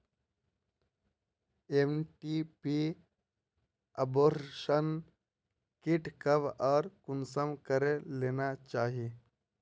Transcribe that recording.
MTP abortion kit कब आर कुंसम करे लेना चही?